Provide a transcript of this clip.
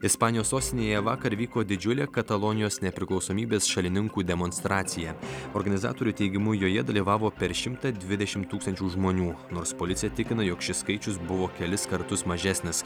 ispanijos sostinėje vakar vyko didžiulė katalonijos nepriklausomybės šalininkų demonstracija organizatorių teigimu joje dalyvavo per šimtą dvidešimt tūkstančių žmonių nors policija tikina jog šis skaičius buvo kelis kartus mažesnis